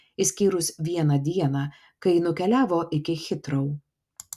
išskyrus vieną dieną kai nukeliavo iki hitrou